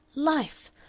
life!